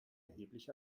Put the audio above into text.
erheblich